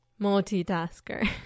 multitasker